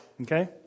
Okay